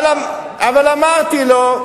אבל אמרתי לו,